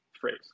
phrase